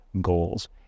goals